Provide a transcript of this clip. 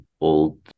old